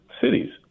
cities